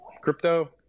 crypto